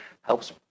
helps